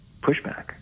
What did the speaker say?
pushback